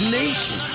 nation